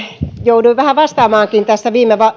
jouduin vähän vastaamaankin viime